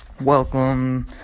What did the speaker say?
welcome